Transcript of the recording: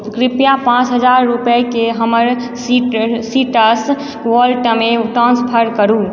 कृपया पाँच हजार रुपैयाके हमर सीट्रस वॉलेट ट्रांसफर करू